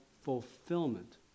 fulfillment